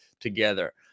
together